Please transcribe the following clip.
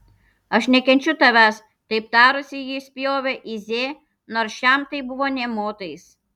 aš nekenčiu tavęs taip tarusi ji spjovė į z nors šiam tai buvo nė motais